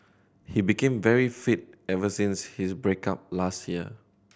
he became very fit ever since his break up last year